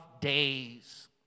days